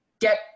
get